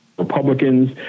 Republicans